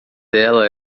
dela